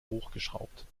hochgeschraubt